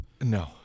No